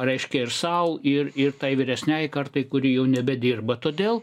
reiškia ir sau ir ir tai vyresniąjai kartai kuri jau nebedirba todėl